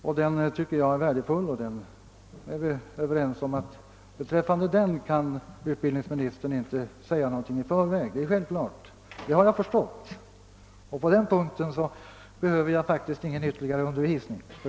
Jag anser att den är värdefull och vi är överens om att utbildningsministern självklart inte kan säga någonting i förväg beträffande den. Det har jag förstått, och på den punkten behöver jag därför ingen ytterligare undervisning.